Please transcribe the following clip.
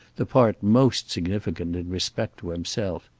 the part most significant in respect to himself.